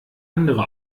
andere